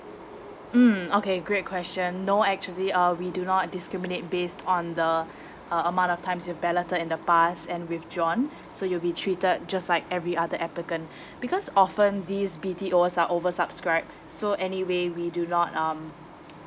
mm okay great question no actually uh we do not discriminate based on the uh amount of times you balloted in the past and withdrawn so you'll be treated just like every other applicant because often these B_T_Os are over subscribe so anyway we do not um